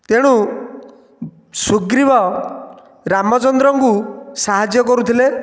ତେଣୁ ସୁଗ୍ରୀବ ରାମଚନ୍ଦ୍ରଙ୍କୁ ସାହାଯ୍ୟ କରୁଥିଲେ